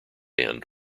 end